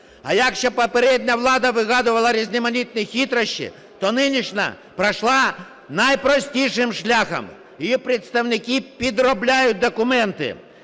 А якщо попередня влада вигадувала різноманітні хитрощі, то нинішня пішла найпростішим шляхом: її представники підробляють документи.